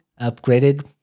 upgraded